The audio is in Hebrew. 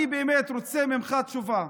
אני באמת רוצה ממך תשובה.